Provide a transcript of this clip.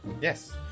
Yes